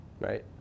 Right